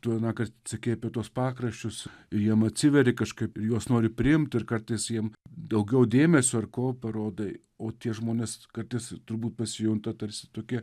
tu anąkart sakei apie tuos pakraščius jiem atsiveri kažkaip ir juos nori priimt ir kartais jiem daugiau dėmesio ar ko parodai o tie žmonės kartais turbūt pasijunta tarsi tokie